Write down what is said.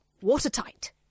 watertight